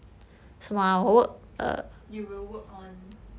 you will work on